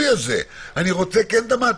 אני רוצה את הליווי הזה.